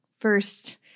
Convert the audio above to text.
first